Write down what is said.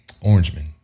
orangeman